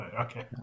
Okay